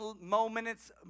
moments